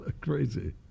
Crazy